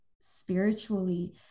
spiritually